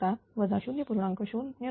आता वजा 0